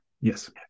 Yes